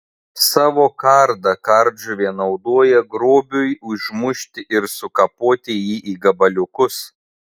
savo kardą kardžuvė naudoja grobiui užmušti ir sukapoti jį į gabaliukus